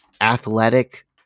athletic